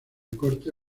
corte